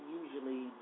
usually